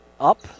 up